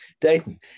Dayton